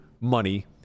money